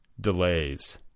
delays